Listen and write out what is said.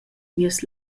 nies